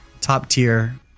top-tier